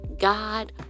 God